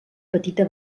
petita